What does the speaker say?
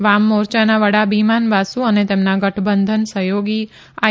વામ મોરચાના વડા બિમાન બસુ અને તેમના ગઠબંધન સહયોગી આઇ